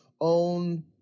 own